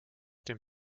dem